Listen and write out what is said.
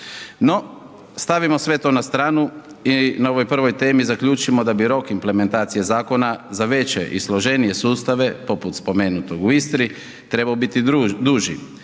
No, stavimo sve to na stranu i na ovoj prvoj temi zaključimo da bi rok implementacije zakona za veće i složenije sustave poput spomenutog u Istri trebao biti duži